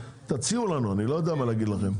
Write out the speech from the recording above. תציעו לנו, אני לא יודע מה להגיד לכם.